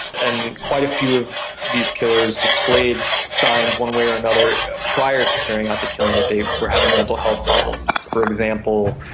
and quite a few of these killers displayed signs one way or another prior to carrying out the killing that they were having mental health problems. for example,